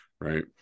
right